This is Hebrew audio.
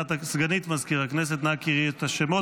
סגנית מזכיר הכנסת, אנא קראי את השמות.